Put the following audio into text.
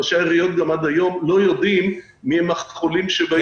ראשי העיריות גם עד היום לא יודעים מי הם החולים בעיר שלהם.